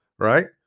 Right